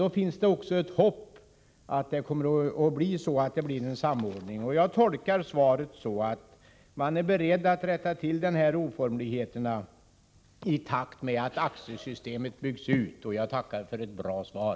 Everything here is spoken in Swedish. Då finns det också hopp om att det kommer att bli en samordning. Jag tolkar svaret så att man på televerket är beredd att rätta till de här oformligheterna i takt med att AXE-systemet byggs ut. Jag tackar för ett bra svar.